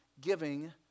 giving